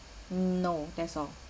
no that's all